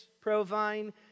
provine